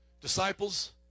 Disciples